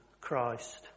Christ